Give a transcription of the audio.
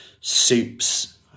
soups